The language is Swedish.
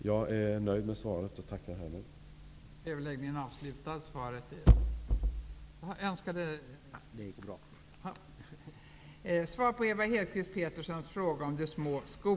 Jag är nöjd med svaret och tackar härmed för det.